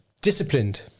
disciplined